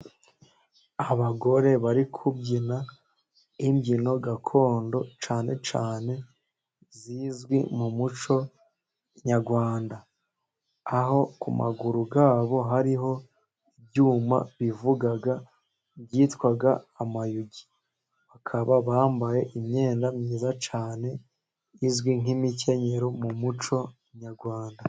Abagore bari kubyina imbyino gakondo cyane cyane zizwi mu muco nyarwanda. Aho ku maguru yabo hariho ibyuma bivuga byitwa amayugi. Bakaba bambaye imyenda myiza cyane, izwi nk'imikenyero mu muco nyarwanda.